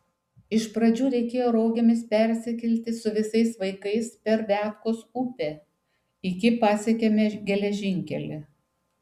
iš pradžių reikėjo rogėmis persikelti su visais vaikais per viatkos upę iki pasiekėme geležinkelį